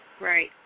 Right